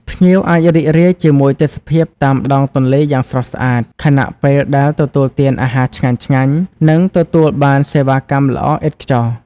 ភ្ញៀវអាចរីករាយជាមួយទេសភាពតាមដងទន្លេយ៉ាងស្រស់ស្អាត ខណៈពេលដែលទទួលទានអាហារឆ្ងាញ់ៗ និងទទួលបានសេវាកម្មល្អឥតខ្ចោះ។